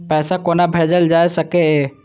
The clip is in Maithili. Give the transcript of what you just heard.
पैसा कोना भैजल जाय सके ये